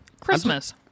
Christmas